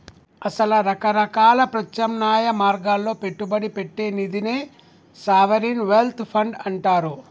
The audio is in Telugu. అసల రకరకాల ప్రత్యామ్నాయ మార్గాల్లో పెట్టుబడి పెట్టే నిదినే సావరిన్ వెల్త్ ఫండ్ అంటారు